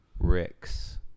rick's